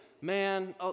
Man